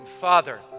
Father